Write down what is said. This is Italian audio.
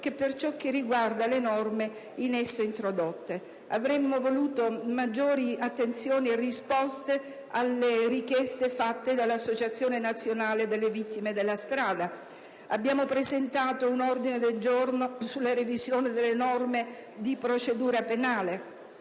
che per ciò che riguarda le norme in esso introdotte. Avremmo voluto maggiori attenzioni e risposte alle richieste avanzate dall'Associazione nazionale delle vittime della strada. Abbiamo inoltre presentato un ordine del giorno sulla revisione delle norme di procedura penale.